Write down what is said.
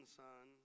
son